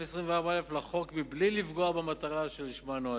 24(א) לחוק בלי לפגוע במטרה שלשמה נועדה,